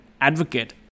advocate